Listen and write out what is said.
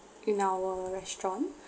in our restaurant